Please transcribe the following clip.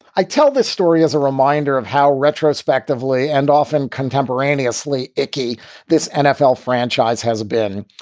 i tell this story as a reminder of how retrospectively and often contemporaneously icky this nfl franchise has been.